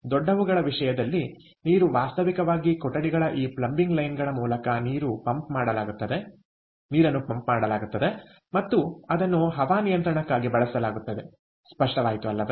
ದೊಡ್ಡವು ಗಳ ವಿಷಯದಲ್ಲಿ ನೀರು ವಾಸ್ತವಿಕವಾಗಿ ಕೊಠಡಿಗಳಿಗೆ ಈ ಪ್ಲಂಬಿಂಗ್ ಲೈನ್ಗಳ ಮೂಲಕ ನೀರನ್ನು ಪಂಪ್ ಮಾಡಲಾಗುತ್ತದೆ ಮತ್ತು ಅದನ್ನು ಹವಾನಿಯಂತ್ರಣಕ್ಕಾಗಿ ಬಳಸಲಾಗುತ್ತದೆ ಸ್ಪಷ್ಟವಾಯಿತು ಅಲ್ಲವೇ